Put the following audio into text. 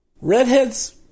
Redheads